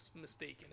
mistaken